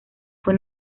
fue